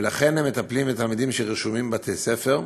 ולכן הם מטפלים בתלמידים שרשומים בבתי-ספר,